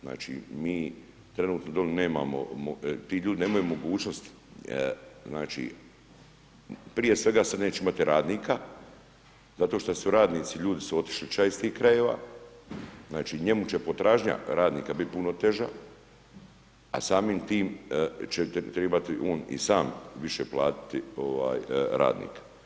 Znači, mi trenutno doli nemamo, ti ljudi nemaju mogućnosti, znači, prije svega se neće imati radnika, zato što su radnici ljudi su otišli ča iz tih krajeva, znači, njemu će potražnja radnika biti puno teža, a samim tim će te tribati on i sam više platiti ovaj, radnika.